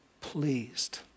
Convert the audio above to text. pleased